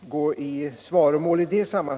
gå i svaromål på den punkten.